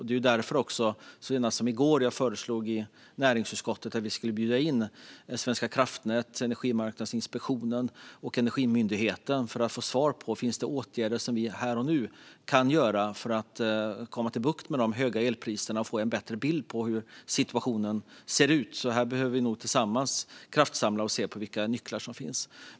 Det är därför som jag senast i går föreslog i näringsutskottet att vi skulle bjuda in Svenska kraftnät, Energimarknadsinspektionen och Energimyndigheten för att få svar på om det finns åtgärder som vi här och nu kan vidta för att få bukt med de höga elpriserna och få en bättre bild av hur situationen ser ut. Här behöver vi nog tillsammans kraftsamla för att se vilka nycklar som finns.